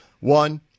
one